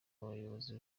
umuyobozi